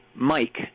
Mike